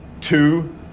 two